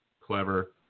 clever